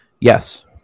Yes